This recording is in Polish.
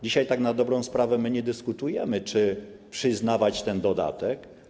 Dzisiaj tak na dobrą sprawę my nie dyskutujemy, czy przyznawać ten dodatek.